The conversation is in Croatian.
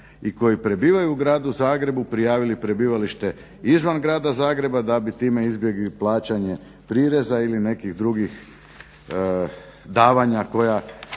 i koji prebivaju u gradu Zagrebu prijavili prebivalište izvan grada Zagreba da bi time izbjegli plaćanje prireza ili nekih drugih davanja koja